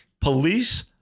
Police